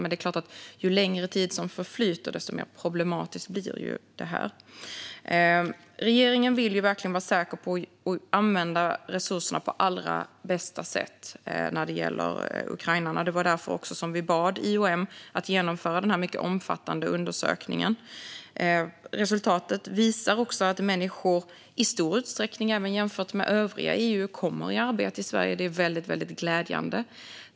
Men det är klart att ju längre tid som förflyter, desto mer problematiskt blir detta. Regeringen vill verkligen vara säker på att använda resurserna på allra bästa sätt när det gäller Ukraina. Det var också därför som vi bad IOM att genomföra denna mycket omfattande undersökning. Resultatet visar också att människor i stor utsträckning jämfört med övriga EU kommer i arbete i Sverige. Det är väldigt glädjande.